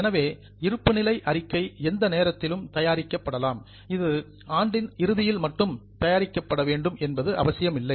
எனவே இருப்பு நிலை அறிக்கை எந்த நேரத்திலும் தயாரிக்கப்பட்டலாம் இது ஆண்டின் இறுதியில் மட்டும் தயாரிக்கப்பட வேண்டும் என்பது அவசியமில்லை